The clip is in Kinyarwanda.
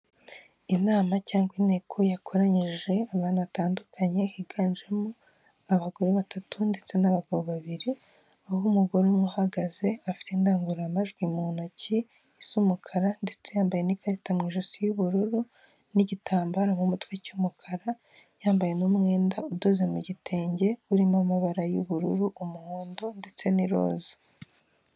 Inama cyangwa inteko yakoranyije abantu batandukanye, higanjemo abagore batatu ndetse n'abagabo babiri. Aho umugore umwe uhagaze afite indangururamajwi mu ntoki z'umukara, ndetse yambaye n'ikarita mu ijosi y'ubururu, n'igitambaro mu mutwe cy'umukara, yambaye umwenda udoze mu gitenge, urimo amabara y'ubururu, umuhondo ndetse n'iroza.